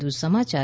વધુ સમાચાર